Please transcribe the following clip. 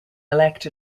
elect